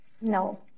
no